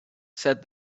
said